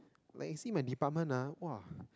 like you see my department ah !wah!